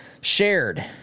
shared